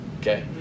okay